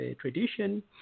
tradition